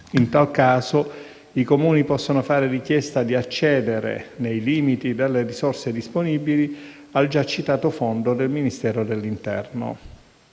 In tal caso, i Comuni possono fare richiesta di accedere, nei limiti delle risorse disponibili, al già citato fondo del Ministero dell'interno.